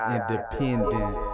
Independent